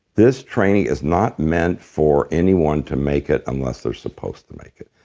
this training is not meant for anyone to make it unless they're supposed to make it.